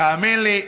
תאמין לי,